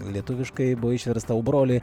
lietuviškai buvo išversta o broli